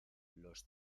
los